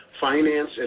finance